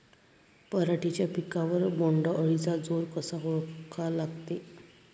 पराटीच्या पिकावर बोण्ड अळीचा जोर कसा ओळखा लागते?